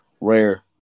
rare